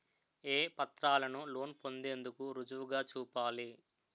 ఏ పత్రాలను లోన్ పొందేందుకు రుజువుగా చూపాలి?